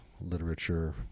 literature